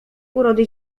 urody